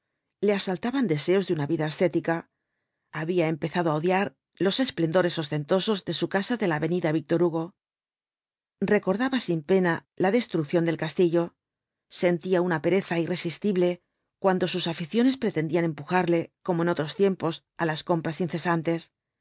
le asaltaban deseos de una vida ascética había empezado á odiar los esplendores ostentosos de su casa de la avenida víctor hugo recordaba sin pena la destrucción del castillo sentía una pereza irresistible cuando sus aficiones pretendían empujarle como en otros tiempos á las compras incesantes